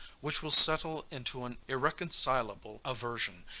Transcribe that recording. which will settle into an irreconcilable aversion,